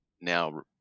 now